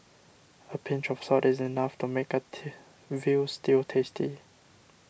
a pinch of salt is enough to make a till Veal Stew tasty